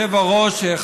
תודה, תודה.